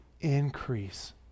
increase